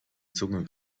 zunge